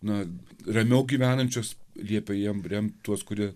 na ramiau gyvenančios liepė jiem remt tuos kurie